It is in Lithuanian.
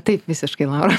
taip visiškai laura